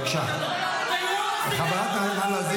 מותר לי לשים --- חברת הכנסת נעמה לזימי.